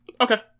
Okay